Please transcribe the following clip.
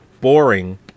Boring